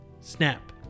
snap